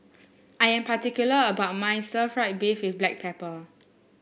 I am particular about my Stir Fried Beef with Black Pepper